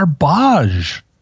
garbage